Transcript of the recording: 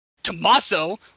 Tommaso